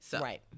Right